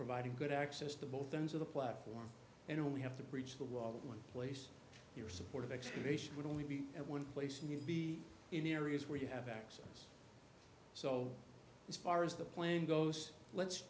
providing good access to both ends of the platform and only have to bridge the wall one place your support of exploration would only be at one place and you'd be in areas where you have access so as far as the plan goes let's